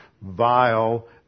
vile